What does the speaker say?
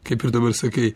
kaip ir dabar sakei